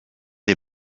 des